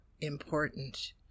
important